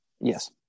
Yes